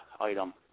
item